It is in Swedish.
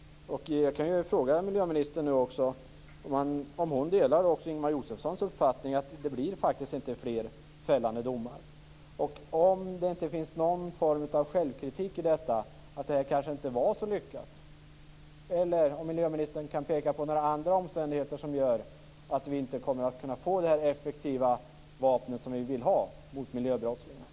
Jag kan fråga miljöministern om hon delar Ingemar Josefssons uppfattning att det faktiskt inte blir fler fällande domar, om det inte finns någon form av självkritik i detta, att det kanske inte var så lyckat eller om miljöministern kan peka på andra omständigheter som gör att vi inte kommer att kunna få det effektiva vapen som vi vill ha mot miljöbrottslingar.